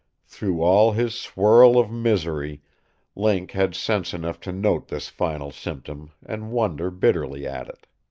through all his swirl of misery link had sense enough to note this final symptom and wonder bitterly at it.